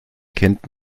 kennt